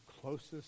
closest